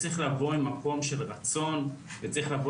זה צריך לבוא ממקום של רצון, וצריך לבוא